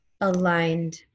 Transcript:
aligned